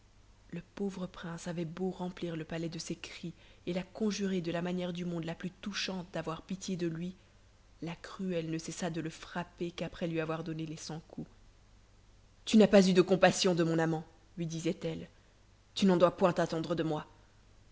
le pauvre prince avait beau remplir le palais de ses cris et la conjurer de la manière du monde la plus touchante d'avoir pitié de lui la cruelle ne cessa de le frapper qu'après lui avoir donné les cent coups tu n'as pas eu compassion de mon amant lui disait-elle tu n'en dois point attendre de moi